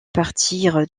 partir